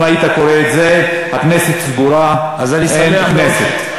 אם היית קורא את זה, הכנסת סגורה, אין כנסת.